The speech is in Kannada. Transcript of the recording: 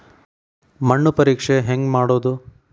ಮಣ್ಣು ಪರೇಕ್ಷೆ ಹೆಂಗ್ ಮಾಡೋದು?